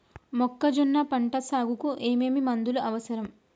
మొక్కజొన్న పంట సాగుకు ఏమేమి మందులు అవసరం?